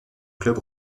club